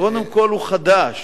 קודם כול, הוא חדש.